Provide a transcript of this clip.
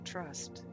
Trust